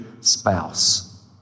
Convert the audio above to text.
spouse